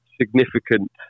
significant